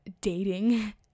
dating